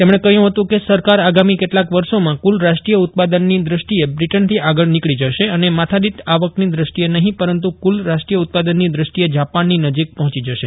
તેમજ્ઞે કહ્યું હતું કે સરકાર આગામી કેટલાંક વર્ષોમાં કુલ રાષ્ટ્રીય ઉત્પાદનની દષ્ટિએ બ્રિટનથી આગળ નીકળી જશે અને માથાદીઠ આવકની દષ્ટિએ નહીં પરંતુ કુલ રાષ્ટ્રીય ઉત્પાદનની દષ્ટિએ જાપાનની નજીક પહોંચી જશે